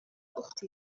أختي